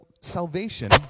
salvation